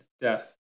death